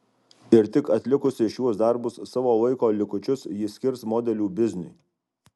ir tik atlikusi šiuos darbus savo laiko likučius ji skirs modelių bizniui